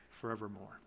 forevermore